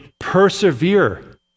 persevere